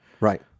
Right